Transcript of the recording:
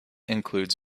includes